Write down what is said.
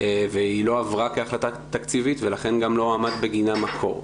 והיא לא עברה כהחלטה תקציבית ולכן גם לא הועמד בגינה מקור.